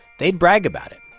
they'd brag about it.